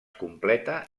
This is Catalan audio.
completa